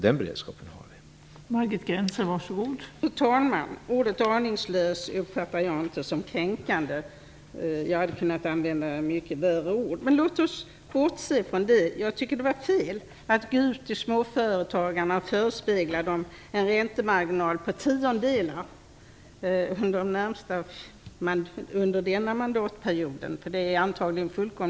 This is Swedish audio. Den beredskapen har vi.